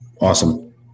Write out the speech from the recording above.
Awesome